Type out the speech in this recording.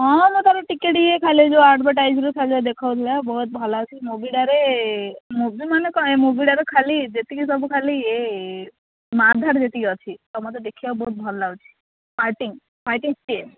ହଁ ମୁଁ ତା'ର ଟିକିଏ ଟିକିଏ ଖାଲି ଯୋଉ ଆର୍ଡଭଟାଇଜ୍ ରୁ ଖାଲି ଯା ଦେଖଉଥିଲା ବହୁତ ଭଲ ଅଛି ମୁଭିଟାରେ ମୁଭିମାନେ କଣ ଏଇ ମୁଭିଟାରେ ଖାଲି ଯେତିକି ସବୁ ଖାଲି ଏ ମାର୍ଧାଢ଼ ଯେତିକି ଅଛି ତ ମୋତେ ଦେଖିବାକୁ ବହୁତ ଭଲ ଲାଗୁଛି ଫାଇଟିଙ୍ଗ୍ ଫାଇଟିଙ୍ଗ୍ ସିନ୍